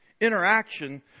interaction